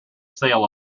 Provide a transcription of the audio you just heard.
sale